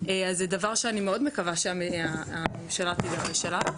אז זה דבר שאני מאוד מקווה שהממשלה תידרש אליה,